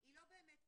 היא לא באמת קיימת.